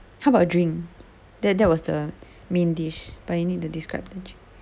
how about drink that that was the main dish but you need to describe the drink